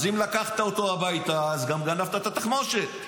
אם לקחת אותו הביתה, גם גנבת את התחמושת.